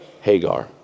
Hagar